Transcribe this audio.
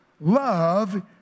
love